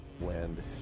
land